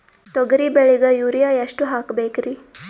ತೊಗರಿ ಬೆಳಿಗ ಯೂರಿಯಎಷ್ಟು ಹಾಕಬೇಕರಿ?